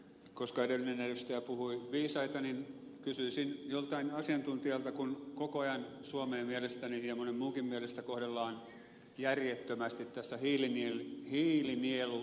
koska edellinen edustaja puhui viisaita niin kysyisin joltain asiantuntijalta kun koko ajan suomea mielestäni ja monen muunkin mielestä kohdellaan järjettömästi tässä hiilinielukysymyksessä